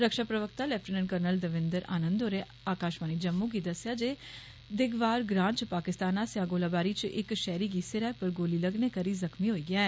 रक्षा प्रवक्ता lieutenant colonel Devendra Anand होरें आकाशवाणी जम्मू गी दस्सेया जे दिगवार ग्रां च पाकिस्तान आस्सेया गोलाबारी च इक शैहरी गी सिरै पर गोली लग्गने करी जख्मी होई गेया ऐ